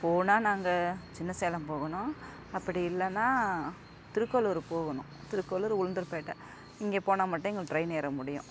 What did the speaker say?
போனால் நாங்கள் சின்ன சேலம் போகணும் அப்படி இல்லைனா திருக்கோலூர் போகணும் திருக்கோலூர் உளுந்தூர்பேட்டை இங்கே போனால் மட்டும் எங்களுக்கு ட்ரெயின் ஏற முடியும்